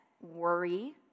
worry